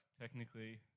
technically